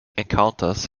encounters